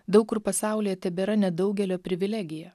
daug kur pasaulyje tebėra nedaugelio privilegija